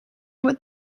would